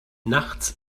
nachts